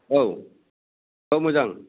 औ औ मोजां